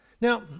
Now